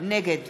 נגד